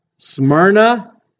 Smyrna